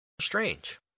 Strange